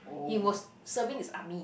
he was serving his army